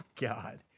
God